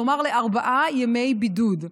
כלומר לארבעה ימי בידוד,